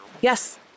Yes